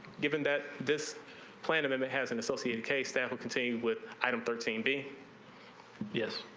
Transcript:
given that this plan and has an associate and case that'll continue with item thirteen be yeah